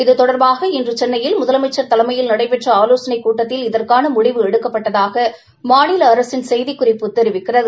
இது தொடர்பாக இன்று சென்னையில் முதலமைச்சர் தலைமையில் நடைபெற்ற ஆலோசனை கூட்டத்தில் இதற்கான முடிவு எடுக்கப்பட்டதாக மாநில அரசின் செய்திக்குறிப்பு தெரிவிக்கிறது